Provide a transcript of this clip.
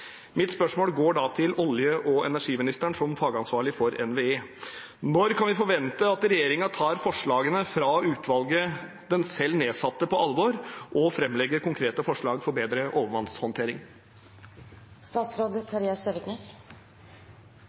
Mitt spørsmål går da til olje- og energiministeren som fagansvarlig for NVE. Når kan vi forvente at regjeringen tar forslagene fra utvalget den selv nedsatte, på alvor og framlegger konkrete forslag for bedre